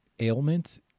ailments